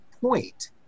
point